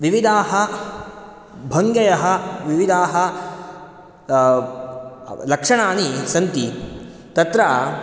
विविधाः भङ्गयः विविदाः लक्षणानि सन्ति तत्र